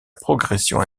progression